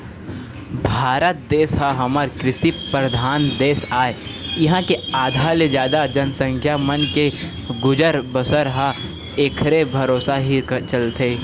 भारत देश ह हमर कृषि परधान देश आय इहाँ के आधा ले जादा जनसंख्या मन के गुजर बसर ह ऐखरे भरोसा ही चलथे